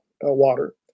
water